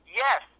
yes